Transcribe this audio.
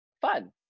fun